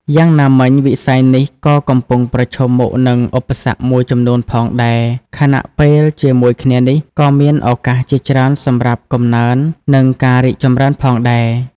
យ៉ាងណាមិញ វិស័យនេះក៏កំពុងប្រឈមមុខនឹងឧបសគ្គមួយចំនួនផងដែរ ខណៈពេលជាមួយគ្នានេះក៏មានឱកាសជាច្រើនសម្រាប់កំណើន និងការរីកចម្រើនផងដែរ ។